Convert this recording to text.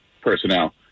personnel